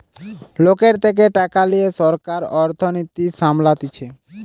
লোকের থেকে টাকা লিয়ে সরকার অর্থনীতি সামলাতিছে